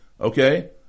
Okay